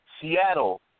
Seattle